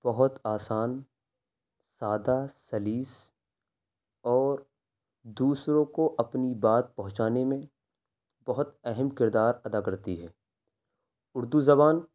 بہت آسان سادہ سلیس اور دوسروں کو اپنی بات پہنچانے میں بہت اہم کردار ادا کرتی ہے اردو زبان